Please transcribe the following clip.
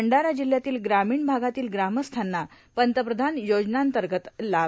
भंडारा जिल्ह्यातील ग्रामीण भागातील ग्रामस्थांना पंतप्रधान योजनांतर्गत लाभ